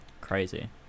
Crazy